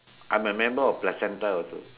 I'm a member of placenta also